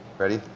ready?